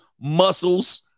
muscles